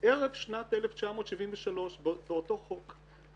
ערב שנת 1973 באותו חוק.